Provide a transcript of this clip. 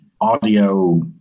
audio